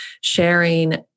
sharing